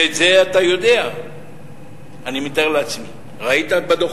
ואת זה אני מתאר לעצמי שאתה יודע, ראית בדוחות.